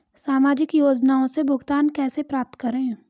सामाजिक योजनाओं से भुगतान कैसे प्राप्त करें?